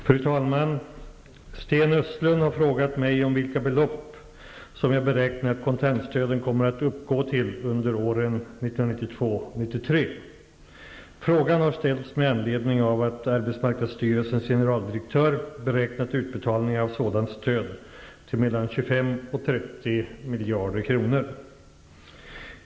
Fru talman! Sten Östlund har frågat mig om vilka belopp som jag beräknar att kontantstöden kommer att uppgå till under åren 1992 och 1993. Frågan har ställts med anledning av att arbetsmarknadsstyrelsens generaldirektör beräknat utbetalningarna av sådant stöd till mellan 25 och 30 miljarder kronor.